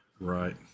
Right